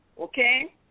Okay